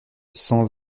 cent